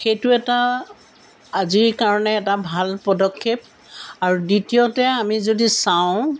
সেইটো এটা আজিৰ কাৰণে এটা ভাল পদক্ষেপ আৰু দ্বিতীয়তে আমি যদি চাওঁ